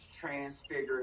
transfigured